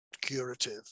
curative